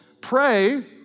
Pray